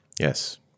Yes